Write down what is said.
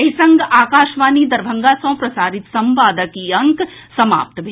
एहि संग आकाशवाणी दरभंगा सँ प्रसारित संवादक ई अंक समाप्त भेल